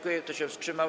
Kto się wstrzymał?